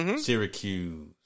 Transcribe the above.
Syracuse